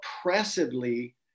oppressively